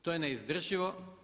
To je neizdrživo.